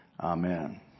Amen